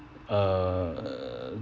err